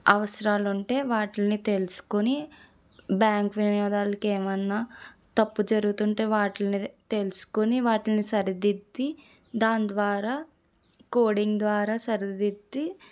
అవసరాలు ఉంటే వాటిని తెలుసుకొని బ్యాంక్ వినియోగదారులకి ఏమైనా తప్పు జరుగుతుంటే వాటిని తెలుసుకొని వాటిని సరిదిద్ది దాని ద్వారా కోడింగ్ ద్వారా సరిదిద్ది